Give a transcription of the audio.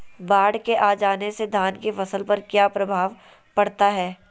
बाढ़ के आ जाने से धान की फसल पर किया प्रभाव पड़ता है?